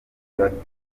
bafite